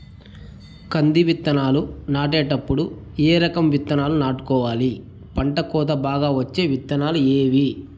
కంది విత్తనాలు నాటేటప్పుడు ఏ రకం విత్తనాలు నాటుకోవాలి, పంట కోత బాగా వచ్చే విత్తనాలు ఏవీ?